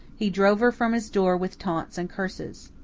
he drove her from his door with taunts and curses.